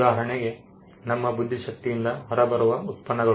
ಉದಾಹರಣೆಗೆ ನಮ್ಮ ಬುದ್ಧಿಶಕ್ತಿಯಿಂದ ಹೊರಬರುವ ಉತ್ಪನ್ನಗಳು